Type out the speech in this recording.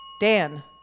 Dan